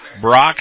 Brock